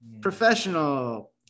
professional